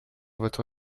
votre